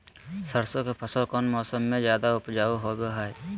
सरसों के फसल कौन मौसम में ज्यादा उपजाऊ होबो हय?